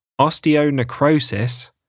osteonecrosis